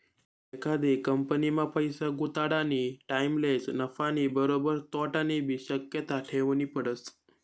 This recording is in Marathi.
एखादी कंपनीमा पैसा गुताडानी टाईमलेच नफानी बरोबर तोटानीबी शक्यता ठेवनी पडस